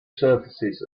surfaces